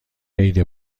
عید